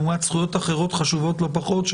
למעט זכויות אחרות חשובות לא פחות,